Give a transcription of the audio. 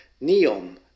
Neon